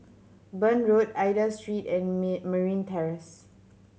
Burn Road Aida Street and me Marine Terrace